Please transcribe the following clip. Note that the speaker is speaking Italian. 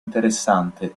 interessante